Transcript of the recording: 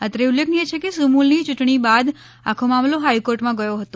અત્રે ઉલ્લેખનિય છે કે સુમુલની ચૂંટણી બાદ આખો મામલો હોઈકોર્ટમાં ગયો હતો